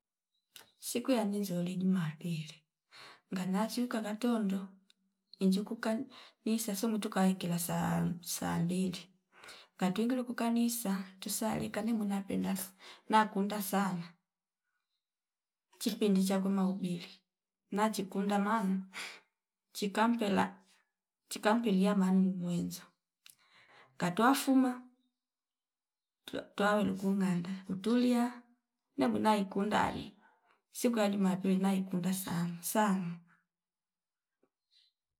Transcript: Siku yanli ziwole jumapili ngana syuka ngatondo injikukan iinsa semwitu kaingila saa- saa mbili katwingiluku kanisa tusali kani mwena penda nakunda sana kipindi chakwe mahubiri nachikunda mamwe chikampela chikampilia mami umwenza katwa fuma twa- twaelukun nganda kutulia nabwina ikundali siku ya jumapili naikunda sana sana